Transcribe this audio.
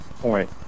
point